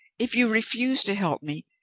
if you refuse to help me,